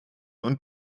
und